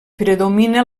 predomina